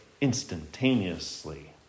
instantaneously